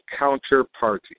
counterparty